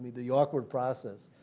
the awkward process,